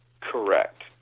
Correct